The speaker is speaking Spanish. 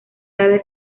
tarde